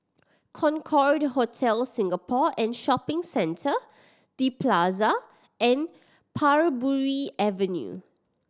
Concorde Hotel Singapore and Shopping Centre The Plaza and Parbury Avenue